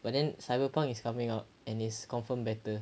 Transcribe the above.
but then cyber punk is coming out and it's confirm better